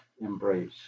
embrace